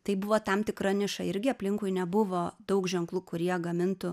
tai buvo tam tikra niša irgi aplinkui nebuvo daug ženklų kurie gamintų